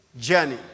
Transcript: journey